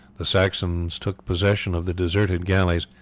the saxons took possession of the deserted galleys.